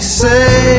say